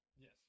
Yes